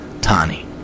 Tani